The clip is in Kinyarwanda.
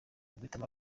uguhitamo